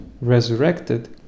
resurrected